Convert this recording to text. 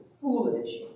foolish